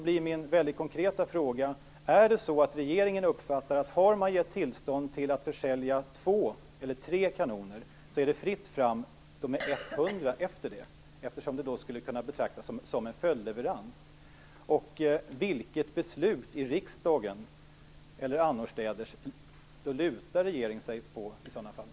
Är det alltså regeringens uppfattning att om man har gett tillstånd till försäljning av två eller tre kanoner är det sedan fritt fram med hundra kanoner, eftersom det då skulle kunna betraktas som en följdleverans? Vilket beslut, i riksdagen eller annorstädes, lutar sig regeringen på i så fall?